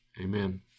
Amen